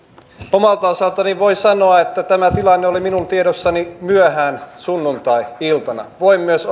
omalta osaltani voin sanoa että tämä tilanne oli minun tiedossani myöhään sunnuntai iltana voin myös